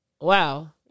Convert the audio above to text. Wow